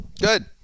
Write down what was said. Good